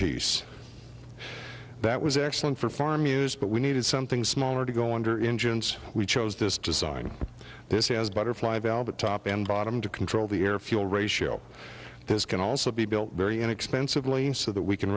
piece that was excellent for farm use but we needed something smaller to go under in gents we chose this design this is butterfly valve the top and bottom to control the air fuel ratio this can also be built very inexpensively so that we can